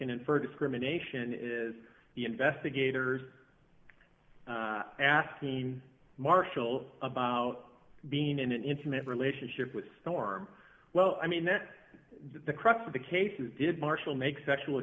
can infer discrimination is the investigators asking marshall about being in an intimate relationship with storm well i mean that the crux of the case is did marshall make sexual